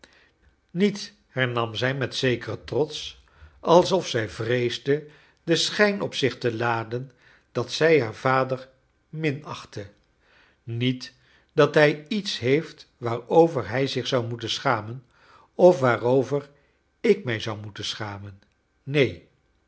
niet hernam zij met zekeren kleine dorrit trots alsof zij vreesde den schijn op zich te laden dat zij haar vader rninachtte niet dat hij iets heeft waarover hij zich zou moeten schainen of waarover ik mij zou moeten schamen neen